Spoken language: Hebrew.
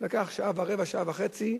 לקח שעה ורבע, שעה וחצי,